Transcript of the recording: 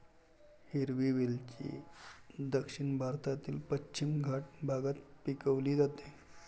हिरवी वेलची दक्षिण भारतातील पश्चिम घाट भागात पिकवली जाते